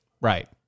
right